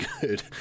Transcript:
good